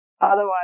Otherwise